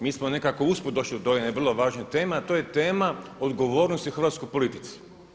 Mi smo nekako usput došli do ove vrlo važne teme, a to je tema odgovornosti hrvatskoj politici.